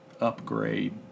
upgrade